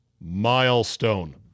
milestone